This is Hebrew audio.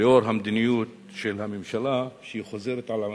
לאור המדיניות של הממשלה שחוזרת על עצמה,